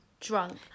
drunk